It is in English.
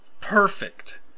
perfect